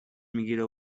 میگیره